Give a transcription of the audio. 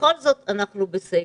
ובכל זאת אנחנו בסגר.